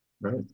Right